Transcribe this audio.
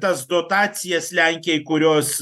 tas dotacijas lenkijai kurios